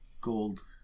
gold